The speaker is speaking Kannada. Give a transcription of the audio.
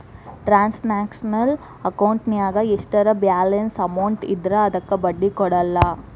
ಟ್ರಾನ್ಸಾಕ್ಷನಲ್ ಅಕೌಂಟಿನ್ಯಾಗ ಎಷ್ಟರ ಬ್ಯಾಲೆನ್ಸ್ ಅಮೌಂಟ್ ಇದ್ರೂ ಅದಕ್ಕ ಬಡ್ಡಿ ಕೊಡಲ್ಲ